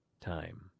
time